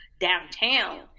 downtown